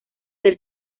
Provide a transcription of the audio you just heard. del